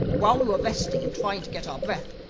while we were resting and trying to get our breath,